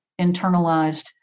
internalized